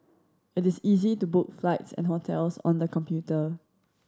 it is easy to book flights and hotels on the computer